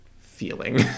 feeling